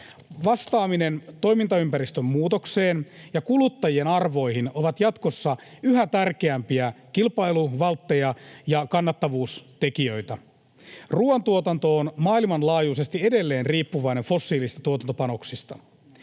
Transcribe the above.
Vastaaminen toimintaympäristön muutokseen ja kuluttajien arvoihin on jatkossa yhä tärkeämpi kilpailuvaltti ja kannattavuustekijä. Ruuantuotanto on maailmanlaajuisesti edelleen riippuvainen fossiilisista tuotantopanoksista.